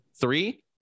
three